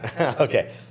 Okay